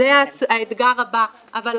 זה האתגר הבא.